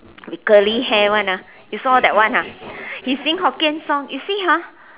with curly hair [one] ah you saw that one ha he sing Hokkien song you see ha